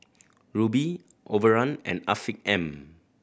Rubi Overrun and Afiq M